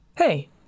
Hey